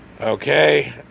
Okay